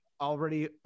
already